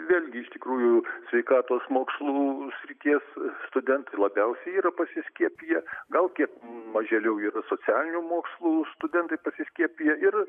vėlgi iš tikrųjų sveikatos mokslų srities studentai labiausiai yra pasiskiepiję gal kiek mažėliau yra socialinių mokslų studentai pasiskiepiję ir